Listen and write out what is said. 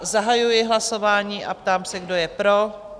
Zahajuji hlasování a ptám se, kdo je pro?